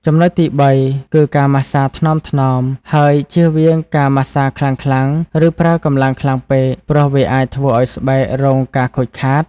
ចំណុចទីបីគឺ ការម៉ាស្សាថ្នមៗ ហើយជៀសវាងការម៉ាស្សាខ្លាំងៗ ឬប្រើកម្លាំងខ្លាំងពេក ព្រោះវាអាចធ្វើឱ្យស្បែករងការខូចខាត។